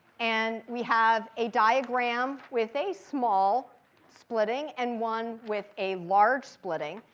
and we have a diagram with a small splitting and one with a large splitting.